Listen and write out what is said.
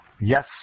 yes